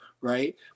Right